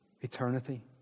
eternity